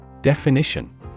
Definition